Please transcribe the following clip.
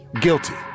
guilty